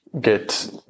Get